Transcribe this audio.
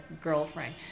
girlfriend